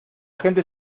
gente